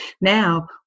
now